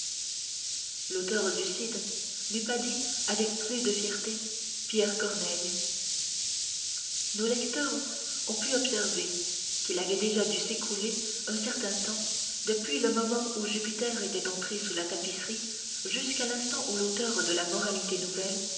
l'auteur du cid n'eût pas dit avec plus de fierté pierre corneille nos lecteurs ont pu observer qu'il avait déjà dû s'écouler un certain temps depuis le moment où jupiter était rentré sous la tapisserie jusqu'à l'instant où l'auteur de la moralité nouvelle